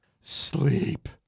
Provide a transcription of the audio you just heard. sleep